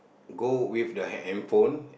go with the hand hand phone